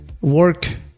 work